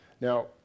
Now